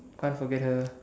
can't forget her